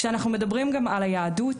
כשאנחנו מדברים גם על היהדות,